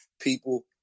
people